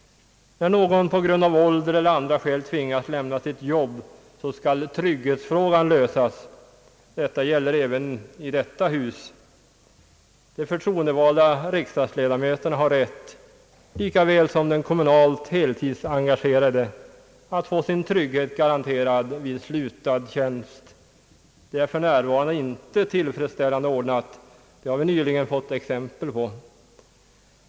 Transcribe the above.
När någon på grund av ålder eller av andra skäl tvingas lämna sitt jobb skall trygghetsfrågan lösas. Det gäller även i detta hus. De förtroendevalda riksdagsledamöterna har rätt, likaväl som den kommunalt heltidsengagerade, att få sin trygghet garanterad vid slutad tjänst. Det är för närvarande inte tillfredsställande ordnat, det har vi nyligen fått exempel på.